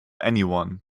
anyone